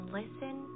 listen